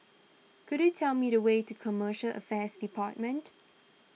could you tell me the way to Commercial Affairs Department